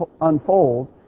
unfold